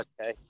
okay